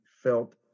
felt